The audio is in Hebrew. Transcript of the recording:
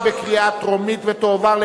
התשע"ב 2011,